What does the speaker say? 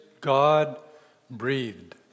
God-breathed